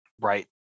right